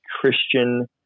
Christian